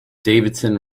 davidson